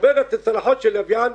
מחוברת לצלחות של לוויין,